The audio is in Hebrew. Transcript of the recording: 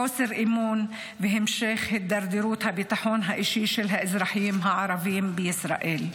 חוסר אמון והמשך הידרדרות הביטחון האישי של האזרחים הערבים בישראל.